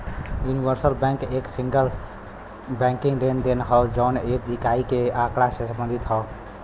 universal bank एक single banking लेनदेन हौ जौन एक इकाई के आँकड़ा से संबंधित हौ